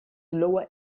lower